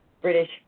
British